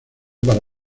para